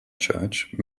church